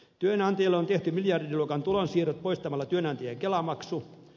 työnantajille on tehty miljardiluokan tulonsiirrot poistamalla työnantajien kelamaksu